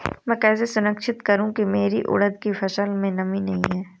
मैं कैसे सुनिश्चित करूँ की मेरी उड़द की फसल में नमी नहीं है?